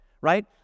right